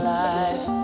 life